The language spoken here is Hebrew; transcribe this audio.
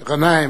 גנאים,